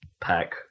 pack